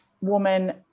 woman